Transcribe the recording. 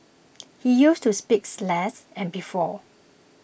he used to speak less and before